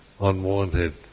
unwanted